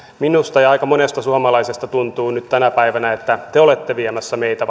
minusta ja aika monesta suomalaisesta tuntuu nyt tänä päivänä että vasta te olette viemässä meitä